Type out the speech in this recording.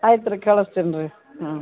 ಆಯ್ತು ರೀ ಕಳ್ಸ್ತೀನಿ ರೀ ಹ್ಞೂ